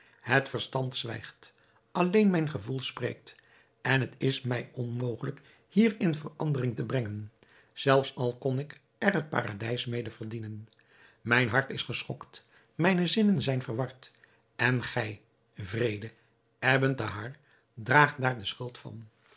het verstand zwijgt alleen mijn gevoel spreekt en het is mij onmogelijk hierin verandering te brengen zelfs al kon ik er het paradijs mede verdienen mijn hart is geschokt mijne zinnen zijn verward en gij wreede ebn thahar draagt daar de schuld van